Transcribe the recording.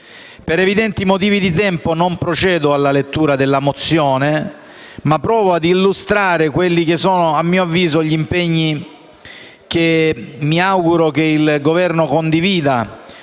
Per evidenti motivi di tempo, non procedo alla lettura della mozione, ma provo a illustrare quelli che ritengo gli impegni che mi auguro che il Governo condivida,